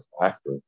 factor